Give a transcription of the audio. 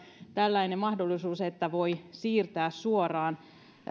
tällainen mahdollisuus että voi siirtää suoraan